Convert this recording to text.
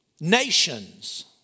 nations